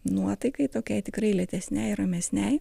nuotaikai tokiai tikrai lėtesnei ir ramesnei